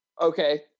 Okay